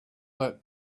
that